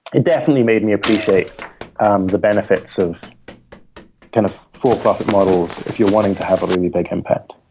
it definitely made me appreciate um the benefits of kind of for-profit models if you're wanting to have a really big impact.